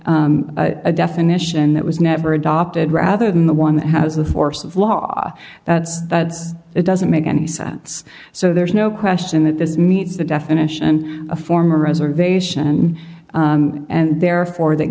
a definition that was never adopted rather than the one that has the force of law that's that's it doesn't make any sense so there is no question that this meets the definition of former reservation and therefore th